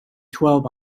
twelve